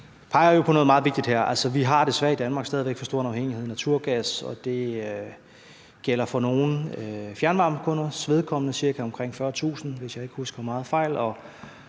– peger jo på noget meget vigtigt her. Altså, vi har desværre i Danmark stadig væk en alt for stor afhængighed af naturgas, og det gælder for nogle fjernvarmekunders vedkommende, omkring 40.000, hvis jeg ikke husker meget